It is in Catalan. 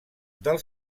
del